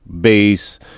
bass